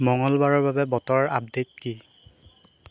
মঙলবাৰৰ বাবে বতৰ আপডেট কি